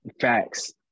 Facts